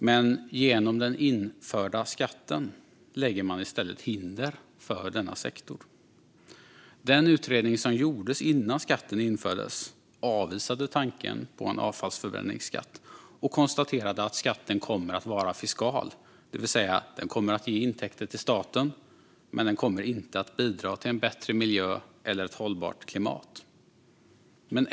Men genom den införda skatten lägger man i stället hinder för denna sektor. Den utredning som gjordes innan skatten infördes avvisade tanken på en avfallsförbränningsskatt och konstaterade att skatten kommer att vara fiskal, det vill säga att den kommer att ge intäkter till staten men att den inte kommer att bidra till en bättre miljö eller ett hållbart klimat.